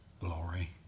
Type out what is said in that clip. glory